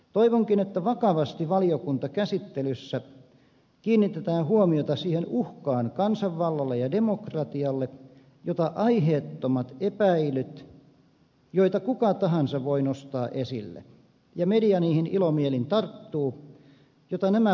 toivonkin että vakavasti valiokuntakäsittelyssä kiinnitetään huomiota siihen uhkaan kansanvallalle ja demokratialle jota aiheettomat epäilyt joita kuka tahansa voi nostaa esille ja media niihin ilomielin tarttuu voivat aiheuttaa